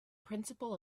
principle